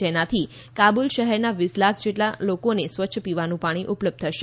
જેનાથી કાબૂલ શહેરના વીસ લાખ જેટલા જેટલા લોકોને સ્વચ્છ પીવાનું પાણી ઉપલબ્ધ થશે